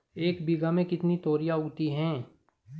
एक बीघा में कितनी तोरियां उगती हैं?